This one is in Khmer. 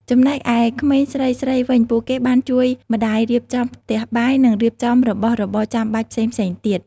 ចំណែកឯក្មេងស្រីៗវិញ ពួកគេបានជួយម្តាយរៀបចំផ្ទះបាយ និងរៀបចំរបស់របរចាំបាច់ផ្សេងៗទៀត។